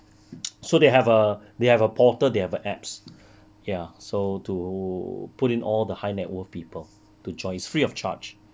so they have err they have a portal they have a apps ya so to put in all the high net worth people to join free of charge